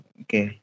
okay